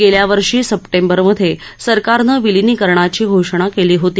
गेल्या वर्षी सप्टेंबरमध्ये सरकारनं विलीनिकरणाची घोषणा केली होती